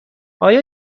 آیا